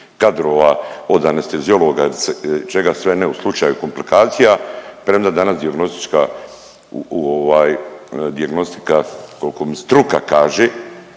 kadrova, od anesteziologa, čega sve ne u slučaju komplikacija, premda danas dijagnostička, u ovaj dijagnostika,